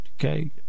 okay